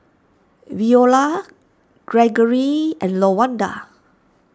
Veola Gregory and Lawanda